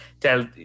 tell